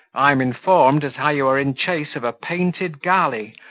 i am informed as how you are in chase of a painted galley,